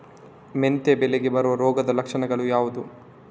ಮೆಂತೆ ಬೆಳೆಗೆ ಬರುವ ರೋಗದ ಲಕ್ಷಣಗಳು ಯಾವುದು?